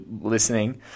listening